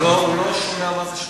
הוא לא שומע מה זה שותף.